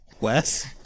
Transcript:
Wes